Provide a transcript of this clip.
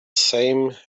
same